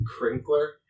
Crinkler